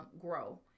grow